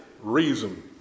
reason